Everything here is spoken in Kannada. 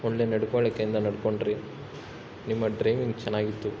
ಒಳ್ಳೆ ನಡವಳ್ಕೆಯಿಂದ ನಡ್ಕೊಂಡ್ರಿ ನಿಮ್ಮ ಡ್ರೈವಿಂಗ್ ಚೆನ್ನಾಗಿತ್ತು